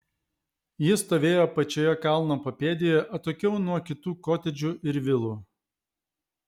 ji stovėjo pačioje kalno papėdėje atokiau nuo kitų kotedžų ir vilų